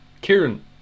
Kieran